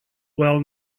well